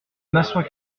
m’assois